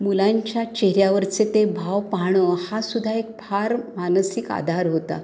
मुलांच्या चेहऱ्यावरचे ते भाव पाहणं हा सुद्धा एक फार मानसिक आधार होता